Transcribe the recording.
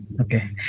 okay